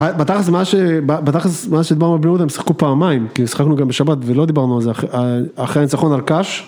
בטכלס זה מה שדיברנו בבריאות הם שיחקו פעמיים כי שיחקנו גם בשבת ולא דיברנו על זה אחרי הניצחון על קאש